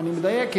אני מדייק?